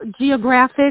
geographic